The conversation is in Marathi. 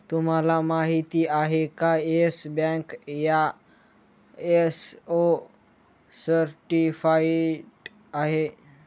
तुम्हाला माहिती आहे का, येस बँक आय.एस.ओ सर्टिफाइड आहे